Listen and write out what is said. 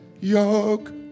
yoke